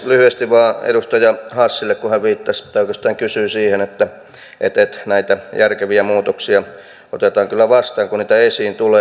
lyhyesti vain edustaja hassille kun hän viittasi tai oikeastaan kysyi siitä että näitä järkeviä muutoksia otetaan kyllä vastaan kun niitä esiin tulee